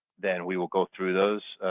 then we will go through those.